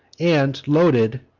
and, loaded,